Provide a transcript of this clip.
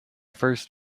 first